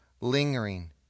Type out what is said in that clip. lingering